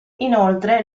inoltre